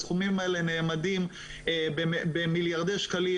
הסכומים האלה נאמדים במיליארדי שקלים.